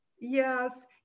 Yes